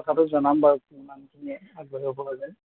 কথাটো জনাম বাৰু কিমানখিনি আগবাঢ়িব লাগে